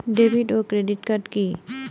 David ও credit card কি?